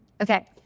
Okay